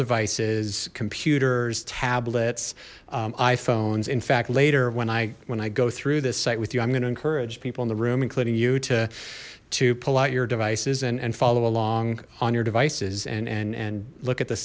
devices computers tablets iphones in fact later when i when i go through this site with you i'm going to encourage people in the room including you to to pull out your devices and follow along on your devices and and and look at the